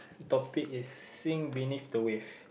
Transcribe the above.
topic is sink beneath the wave